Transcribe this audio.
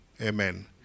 Amen